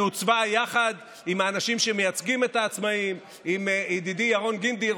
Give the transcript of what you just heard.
היא עוצבה יחד עם האנשים שמייצגים את העצמאים: עם ידידי ירון גינדי,